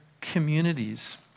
communities